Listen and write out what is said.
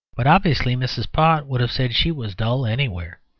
but obviously mrs. pott would have said she was dull anywhere.